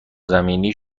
زمینی